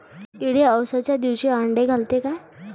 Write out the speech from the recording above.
किडे अवसच्या दिवशी आंडे घालते का?